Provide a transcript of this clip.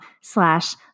slash